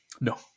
No